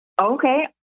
Okay